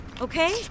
Okay